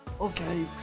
Okay